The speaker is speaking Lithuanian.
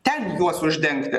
ten juos uždengti